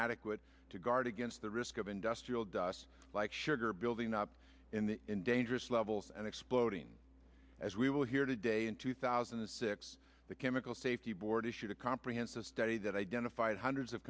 adequate to guard against the risk of industrial dust like sugar building up in the dangerous levels and exploding as we will hear today in two thousand and six the chemical safety board issued a comprehensive study that identified hundreds of